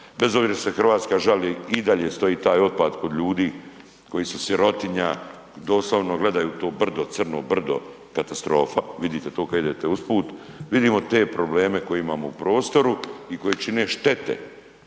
što se Hrvatska žali i dalje stoji taj otpad kod ljudi koji su sirotinja i doslovno gledaju u to brdo, crno brdo, katastrofa. Vidite to kad idete usput, vidimo te probleme koje imamo u prostoru i koji čine štete.